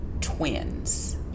twins